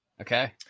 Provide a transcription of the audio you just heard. okay